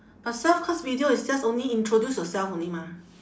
but self cast video is just only introduce yourself only mah